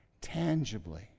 tangibly